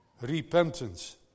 Repentance